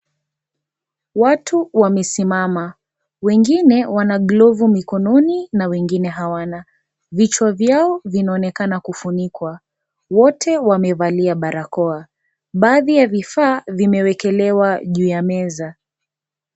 Watu wamesimama. Wengine wana glovu mikononi na wengine hawana. Vichwa vyao, vinaonekana kufunikwa. Wote wamevalia barakoa. Baadhi ya vifaa vimewekelewa juu ya meza.